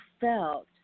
felt